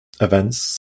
events